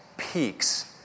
peaks